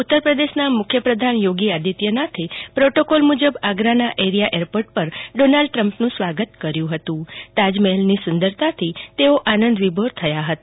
ઉત્તર પ્રદેશના મુખ્યમ પ્રધાન યોગી આદિત્યનાથે પ્રોટોકલ મુજબ આગ્રાના અરિયા એરપોર્ટ પર ટ્રમ્પનું સ્વાગત કર્યુ હતું તાજમહેલની સું દરતા જોઈ ટ્રમ્પ આનંદ વિભોર થયા હતા